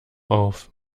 auf